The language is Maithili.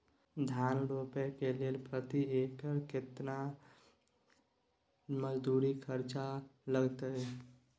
धान रोपय के लेल प्रति एकर केतना मजदूरी खर्चा लागतेय?